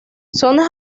zonas